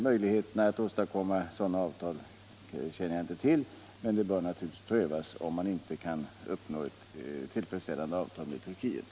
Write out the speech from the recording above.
Möjligheterna att åstadkomma sådana avtal känner jag inte till, men de bör naturligtvis prövas, om man inte kan uppnå ett godtagbart avtal med Turkiet.